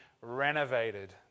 renovated